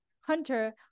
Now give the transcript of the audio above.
hunter